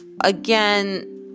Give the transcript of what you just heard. again